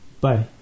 Bye